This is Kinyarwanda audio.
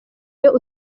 iyo